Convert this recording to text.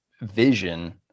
vision